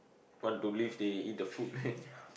want to live they eat the food